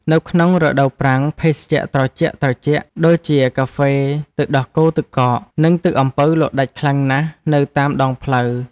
នៅក្នុងរដូវប្រាំងភេសជ្ជៈត្រជាក់ៗដូចជាកាហ្វេទឹកដោះគោទឹកកក និងទឹកអំពៅលក់ដាច់ខ្លាំងណាស់នៅតាមដងផ្លូវ។